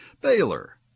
Baylor